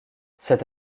cet